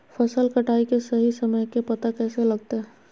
फसल कटाई के सही समय के पता कैसे लगते?